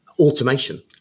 Automation